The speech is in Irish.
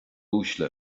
uaisle